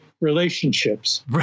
relationships